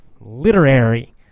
Literary